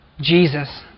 Jesus